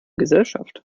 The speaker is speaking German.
gesellschaft